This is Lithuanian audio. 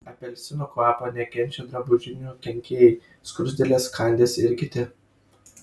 apelsinų kvapo nekenčia drabužinių kenkėjai skruzdėlės kandys ir kiti